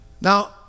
Now